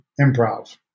improv